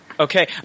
Okay